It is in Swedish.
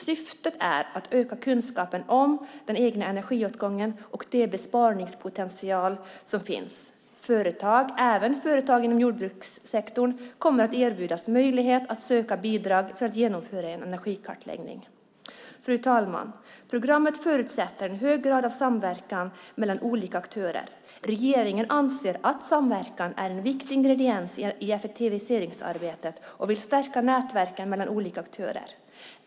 Syftet är att öka kunskapen om den egna energiåtgången och den besparingspotential som finns. Även företag inom jordbrukssektorn kommer att erbjudas möjlighet att söka bidrag för att genomföra en energikartläggning. Fru talman! Programmet förutsätter en hög grad av samverkan mellan olika aktörer. Regeringen anser att samverkan är en viktig ingrediens i effektiviseringsarbetet och vill stärka nätverken mellan olika aktörer.